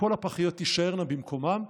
כל הפחיות תישארנה במקומן.